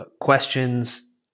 questions